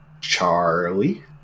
Charlie